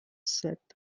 set